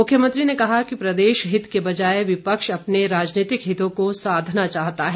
मुख्यमंत्री ने कहा कि प्रदेश हित के बजाए विपक्ष अपने राजनीतिक हितों को साधना चाहता है